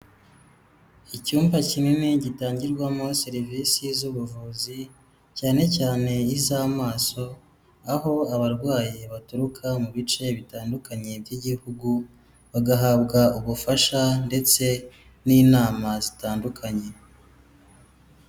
Icyumba kinini gitangirwamo serivisi z'ubuvuzi cyane cyane iz'amaso, aho abarwayi baturuka mu bice bitandukanye by'Igihugu, bagahabwa ubufasha ndetse n'inama zitandukanye.